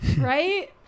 right